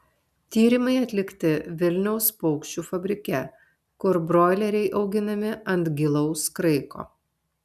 tyrimai atlikti vilniaus paukščių fabrike kur broileriai auginami ant gilaus kraiko